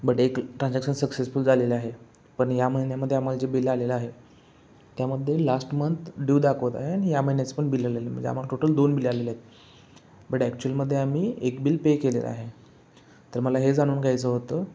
but एक transaction successful झालेलं आहे पण या महिन्यामध्ये आम्हाला जे बिल आलेलं आहे त्यामध्ये लास्ट मंथ ड्यू दाखवत आहे आणि या महिन्याचं पण बिल आलेले म्हणजे आम्हाला टोटल दोन बिले आलेले आहेत बट ॲक्चुअलमध्ये आम्ही एक बिल पे केलेला आहे तर मला हे जाणून घ्यायचं होतं